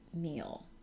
meal